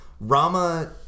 Rama